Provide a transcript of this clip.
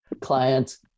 Clients